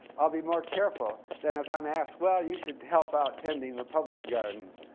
i'll be more careful than if i'm asked, well, you should help out tending the public gardens.